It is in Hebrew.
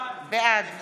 בעד